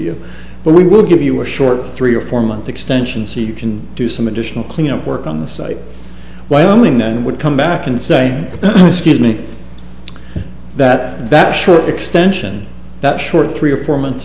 you but we would give you were short three or four month extension so you can do some additional cleanup work on the site wyoming then would come back and say excuse me that that short extension that short three or four months